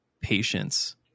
patience